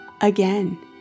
Again